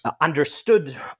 understood